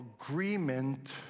agreement